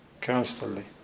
constantly